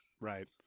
right